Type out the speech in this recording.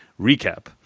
recap